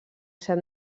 ser